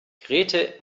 grete